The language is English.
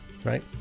Right